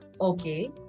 Okay